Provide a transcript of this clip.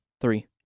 Three